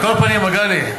על כל פנים, מגלי,